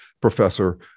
professor